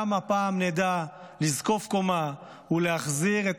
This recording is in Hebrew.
גם הפעם נדע לזקוף קומה ולהחזיר את